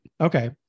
okay